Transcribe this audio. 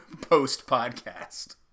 post-podcast